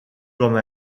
comme